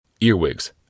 Earwigs